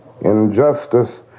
Injustice